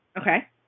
Okay